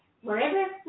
wherever